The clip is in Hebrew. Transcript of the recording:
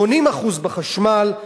80% בחשמל,